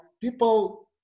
people